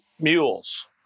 mules